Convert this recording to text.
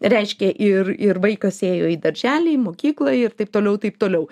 reiškia ir ir vaikas ėjo į darželį ir į mokyklą ir taip toliau ir taip toliau